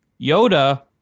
Yoda